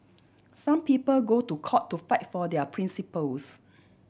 some people go to court to fight for their principles